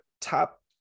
top